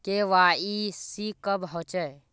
KYC कब होचे?